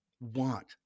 want